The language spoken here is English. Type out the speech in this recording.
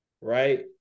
right